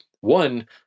one